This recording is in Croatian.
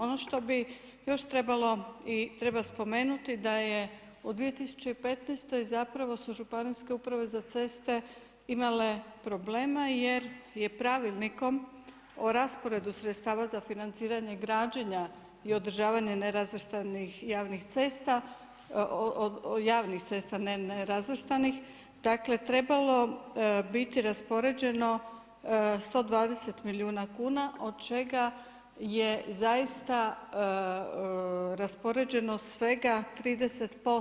Ono što bi još trebalo i treba spomenuti da je u 2015. zapravo su Županijske uprave za ceste imale problema jer je Pravilnikom o rasporedu sredstava za financiranje građenja i održavanja nerazvrstanih javnih cesta, nerazvrstanih dakle trebalo biti raspoređeno 120 milijuna kuna od čega je zaista raspoređeno svega 30%